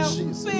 Jesus